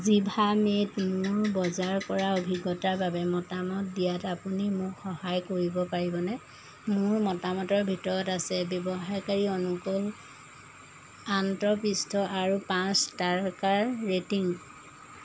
জিভামেত মোৰ বজাৰ কৰাৰ অভিজ্ঞতাৰ বাবে মতামত দিয়াত আপুনি মোক সহায় কৰিব পাৰিবনে মোৰ মতামতৰ ভিতৰত আছে ব্যৱহাৰকাৰী অনুকূল আন্তঃপৃষ্ঠ আৰু পাঁচ তাৰকাৰ ৰেটিং